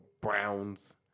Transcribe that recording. Browns